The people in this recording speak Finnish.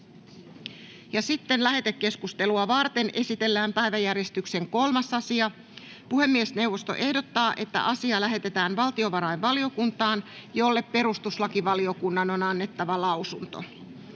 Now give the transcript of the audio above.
Content: Lähetekeskustelua varten esitellään päiväjärjestyksen 3. asia. Puhemiesneuvosto ehdottaa, että asia lähetetään valtiovarainvaliokuntaan, jolle perustuslakivaliokunnan on annettava lausunto.